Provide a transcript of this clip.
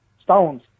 stones